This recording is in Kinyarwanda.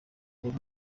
reba